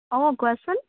অঁ কোৱাচোন